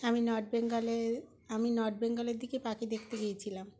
আমি নর্থ বেঙ্গলের আমি নর্থ বেঙ্গালের দিকে পাখি দেখতে গিয়েছিলাম